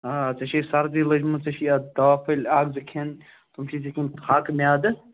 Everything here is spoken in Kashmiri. آ ژےٚ چھی سردی لٔجمٕژ ژےٚ چھی اَتھ دَوا پھٔلۍ اَکھ زٕ کھیٚنۍ تِم چھِ دِتۍمٕتۍ پھاکہٕ میٛادٕ